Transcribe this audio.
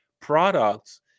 products